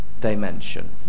dimension